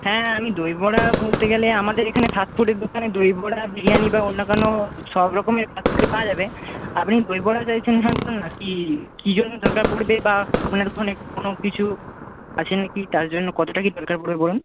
হ্যাঁ আমি দইবড়া বলতে গেলে আমাদের এখানে ফাস্ট ফুডের দোকানে দইবড়া বিরিয়ানি বা অন্য কোনও সবরকমের ফাস্ট ফুডই পাওয়া যাবে আপনি দইবড়া চাইছেন কি কী জন্য দরকার পড়বে বা আপনার ওখানে কোনো কিছু আছে না কি তার জন্য কতটা কী দরকার পড়বে বলুন